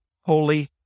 Holy